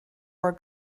are